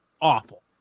awful